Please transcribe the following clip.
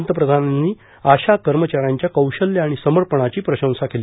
पंतप्रधानांनी आशा कर्मचाऱ्यांच्या कौशल्य आणि समर्पणाची प्रशंसा केली